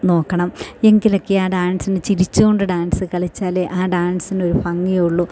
നോക്കണം എങ്കിലൊക്കെയാണ് ആ ഡാൻസിന് ചിരിച്ചുകൊണ്ട് ഡാൻസ് കളിച്ചാലേ ആ ഡാൻസിനൊരു ഭംഗി ഉള്ളൂ